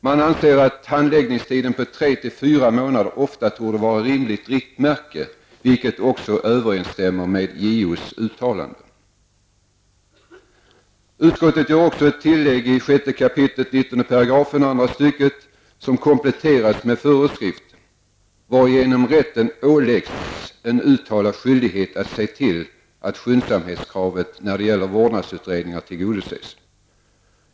Man anser att en handläggningstid på tre till fyra månader torde vara ett rimligt riktmärke, något som också överensstämmer med Utskottet gör också ett tillägg i 6 kap. 19 § andra stycket, som kompletteras med föreskrift, varigenom rätten åläggs en uttalad skyldighet att se till att skyndsamhetskravet när det gäller vårdnadsutredningar tillgodoses.